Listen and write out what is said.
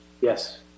Yes